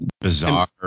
bizarre